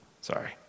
sorry